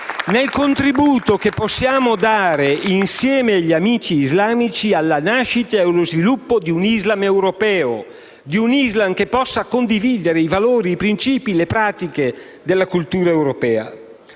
nel contributo che possiamo dare, insieme agli amici islamici, alla nascita e allo sviluppo di un Islam europeo, di un Islam che possa condividere i valori, i principi, le pratiche della cultura civile